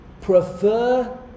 prefer